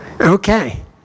Okay